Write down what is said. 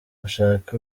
ushake